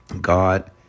God